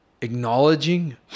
acknowledging